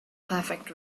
perfect